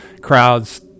crowds